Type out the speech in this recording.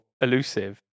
elusive